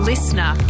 Listener